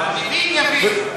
המבין יבין,